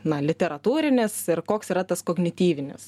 na literatūrinis ir koks yra tas kognityvinis